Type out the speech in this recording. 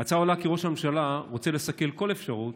ההצעה עולה כי ראש הממשלה רוצה לסכל כל אפשרות